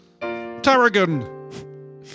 Tarragon